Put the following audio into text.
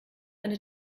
eine